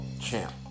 Champ